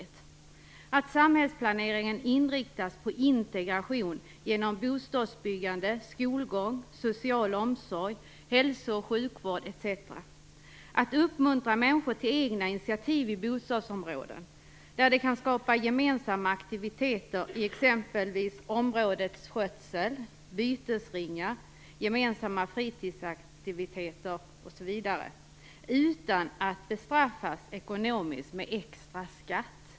Det är viktigt att samhällsplaneringen inriktas på integration genom bostadsbyggande, skolgång, social omsorg, hälso och sjukvård etc. och att människor uppmuntras till egna initiativ i bostadsområden, där de kan skapa gemensamma aktiviteter vad exempelvis gäller områdets skötsel, bytesringar, gemensamma fritidsaktiviteter osv., utan att bestraffas ekonomiskt med extra skatt.